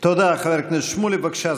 תודה, חבר הכנסת שמולי.